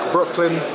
Brooklyn